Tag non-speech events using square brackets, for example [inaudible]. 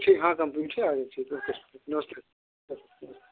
ठीक हाँ कंपनी से आ जाईए ठीक है फिर नमस्ते [unintelligible]